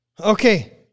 Okay